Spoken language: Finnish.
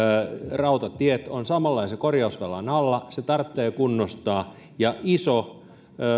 rautatiet ovat samanlaisen korjausvelan alla ne tarvitsee kunnostaa ja iso